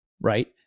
right